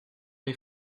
les